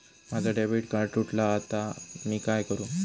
माझा debit card तुटला हा आता मी काय करू?